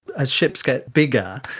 as ships get bigger,